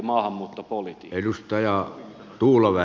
arvoisa puhemies